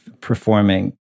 performing